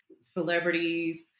celebrities